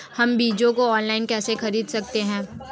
हम बीजों को ऑनलाइन कैसे खरीद सकते हैं?